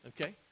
okay